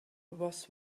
was